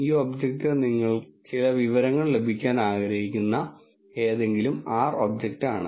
ഈ ഒബ്ജക്റ്റ് നിങ്ങൾ ചില വിവരങ്ങൾ ലഭിക്കാൻ ആഗ്രഹിക്കുന്ന ഏതെങ്കിലും R ഒബ്ജക്റ്റാണ്